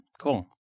Cool